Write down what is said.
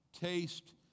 Taste